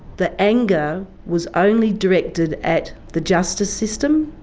the anger was only directed at the justice system,